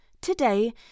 today